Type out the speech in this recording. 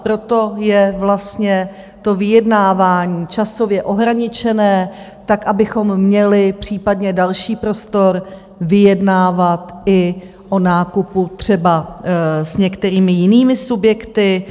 Proto je vlastně to vyjednávání časově ohraničené tak, abychom měli případně další prostor k vyjednávání i o nákupu třeba s některými jinými subjekty.